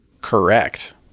Correct